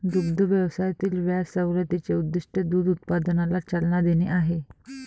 दुग्ध व्यवसायातील व्याज सवलतीचे उद्दीष्ट दूध उत्पादनाला चालना देणे आहे